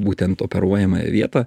būtent operuojamąją vietą